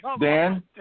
Dan